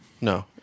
No